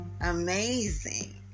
Amazing